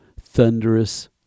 thunderous